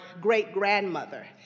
great-grandmother